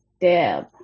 Deb